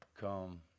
come